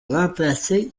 remplacer